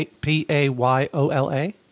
P-A-Y-O-L-A